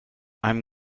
einem